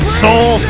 soul